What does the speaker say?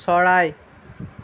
চৰাই